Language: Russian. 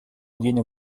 денег